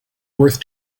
worth